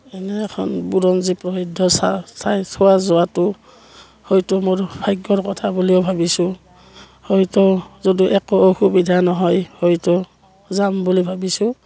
এনে এখন বুৰঞ্জী প্ৰসিদ্ধ চাই ঠাই চোৱা যোৱাটো হয়তো মোৰ ভাগ্যৰ কথা বুলিও ভাবিছোঁ হয়তো যদি একো অসুবিধা নহয় হয়তো যাম বুলি ভাবিছোঁ